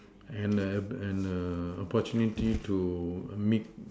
and and opportunity to meet